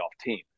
team